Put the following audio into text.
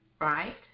right